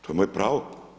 To je moje pravo.